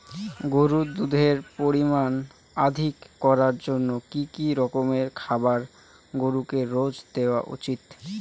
গরুর দুধের পরিমান অধিক করার জন্য কি কি রকমের খাবার গরুকে রোজ দেওয়া উচিৎ?